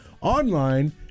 online